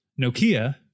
Nokia